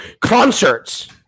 concerts